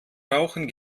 rauchen